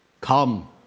Come